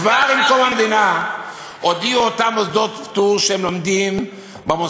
כבר עם קום המדינה הודיעו אותם מוסדות פטור שהם לומדים במוסד